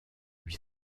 lui